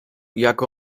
jako